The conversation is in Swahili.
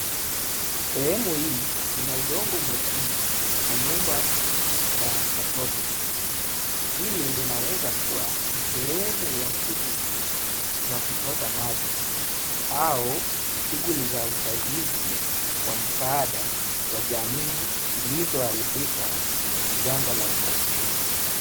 Sehemu hii ina udongo mwekundu na nyumba za matope. Hili linaweza kuwa ni sehemu ya shughuli wa kuchota maji au shughuli za usaidizi wa msaada kwa jamii zilizoharibika na janga la umaskini.